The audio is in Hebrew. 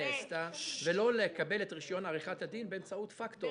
ולא לקבל את רישיון עריכת הדין באמצעות פקטור.